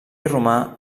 romà